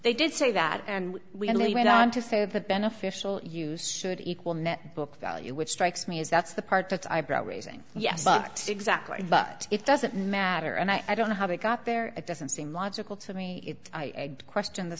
they did say that and we only went on to say of the beneficial use should equal net book value which strikes me as that's the part that's eyebrow raising yes but exactly but it doesn't matter and i don't know how they got there it doesn't seem logical to me if i question the